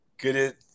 Good